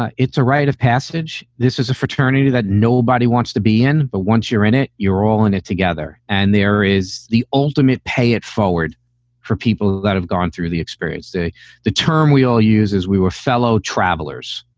ah it's a rite of passage. this is a fraternity that nobody wants to be in. but once you're in it, you're all in it together. and there is the ultimate pay it forward for people that have gone through the experience, say the term we all use as we were fellow travelers,